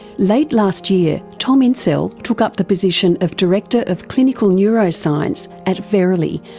late last year, tom insel took up the position of director of clinical neuroscience at verily,